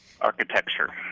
Architecture